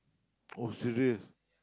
oh serious